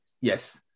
Yes